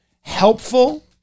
helpful